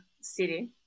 city